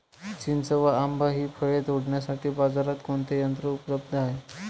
चिंच व आंबा हि फळे तोडण्यासाठी बाजारात कोणते यंत्र उपलब्ध आहे?